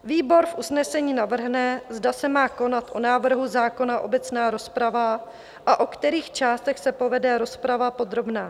Výbor v usnesení navrhne, zda se má konat o návrhu zákona obecná rozprava a o kterých částech se povede rozprava podrobná.